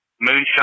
Moonshine